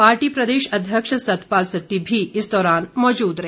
party प्रदेश अध्यक्ष सतपाल सत्ती भी इस दौरान मौजूद रहे